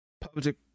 Public